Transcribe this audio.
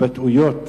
התבטאויות